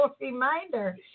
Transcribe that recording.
reminder